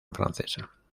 francesa